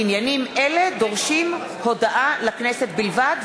עניינים אלו דורשים הודעה לכנסת בלבד,